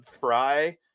fry